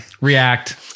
react